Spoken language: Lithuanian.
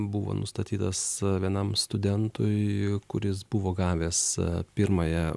buvo nustatytas vienam studentui kuris buvo gavęs pirmąją